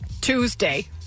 Tuesday